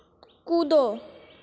कूदो